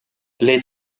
les